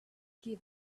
give